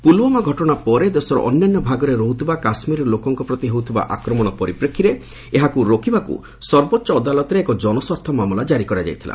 ପୁଲୁୱାମା ଘଟଣା ପରେ ଦେଶର ଅନ୍ୟାନ୍ୟ ଭାଗରେ ରହୁଥିବା କାଶ୍ମୀର ଲୋକଙ୍କ ପ୍ରତି ହେଉଥିବା ଆକ୍ରମଣ ପରିପ୍ରେକ୍ଷୀରେ ଏହାକୁ ରୋକିବାକୁ ସର୍ବୋଚ୍ଚ ଅଦାଲତରେ ଏକ ଜନସ୍ୱାର୍ଥ ମାମଲା କାରି କରାଯାଇଥିଲା